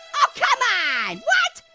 oh come on. what?